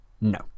No